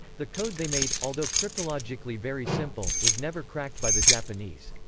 the code they made, although cryptologically very simple, was never cracked by the japanese.